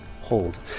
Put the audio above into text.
Hold